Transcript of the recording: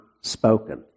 spoken